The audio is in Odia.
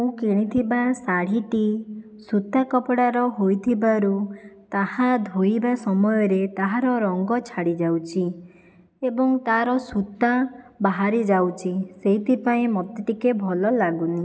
ମୁଁ କିଣିଥିବା ଶାଢ଼ୀଟି ସୂତା କପଡ଼ାର ହୋଇଥିବାରୁ ତାହା ଧୋଇବା ସମୟରେ ତାହାର ରଙ୍ଗ ଛାଡ଼ିଯାଉଛି ଏବଂ ତାର ସୂତା ବାହାରିଯାଉଛି ସେଇଥିପାଇଁ ମୋତେ ଟିକିଏ ଭଲଲାଗୁନି